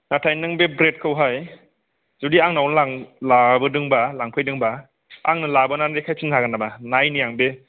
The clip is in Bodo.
नाथाय नों बे ब्रेडखौहाय जुदि आंनावनो लाबोदोंबा लांफैदोंबा आंनो लाबोनानै देखायफैनो हागोन नामा नायनि आं बे